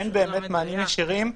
אין באמת מענים ישירים,